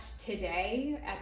today